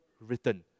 written